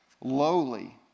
lowly